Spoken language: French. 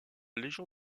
légion